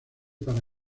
para